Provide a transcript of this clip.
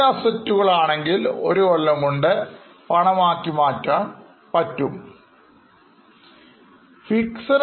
അതിൽ a Fixed Assets ആണ്